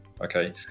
okay